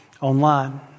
online